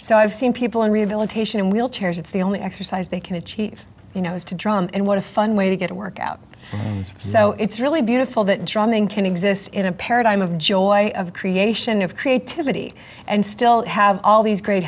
so i've seen people in rehabilitation in wheelchairs it's the only exercise they can achieve you know is to drum and what a fun way to get a workout so it's really beautiful that drumming can exist in a paradigm of joy of creation of creativity and still have all these great